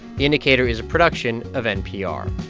the indicator is a production of npr